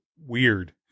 weird